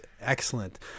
excellent